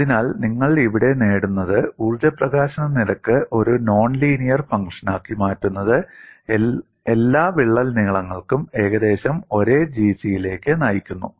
അതിനാൽ നിങ്ങൾ ഇവിടെ നേടുന്നത് ഊർജ്ജ പ്രകാശന നിരക്ക് ഒരു നോൺ ലീനിയർ ഫംഗ്ഷനാക്കി മാറ്റുന്നത് എല്ലാ വിള്ളൽ നീളങ്ങൾക്കും ഏകദേശം ഒരേ Gc യിലേക്ക് നയിക്കുന്നു